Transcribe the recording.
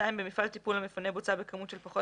במפעל טיפול המפנה בוצה בכמות של פחות